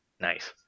nice